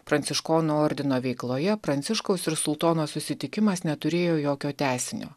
pranciškonų ordino veikloje pranciškaus ir sultono susitikimas neturėjo jokio tęsinio